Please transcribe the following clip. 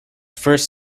first